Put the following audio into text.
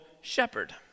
shepherd